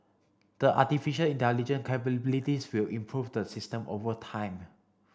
the artificial intelligence capabilities will improve the system over time